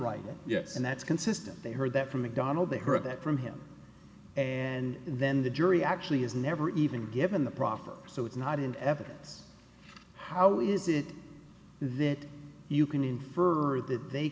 it yes and that's consistent they heard that from mcdonald they heard that from him and then the jury actually has never even given the proffer so it's not in evidence how is it that you can